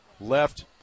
left